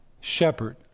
shepherd